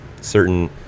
certain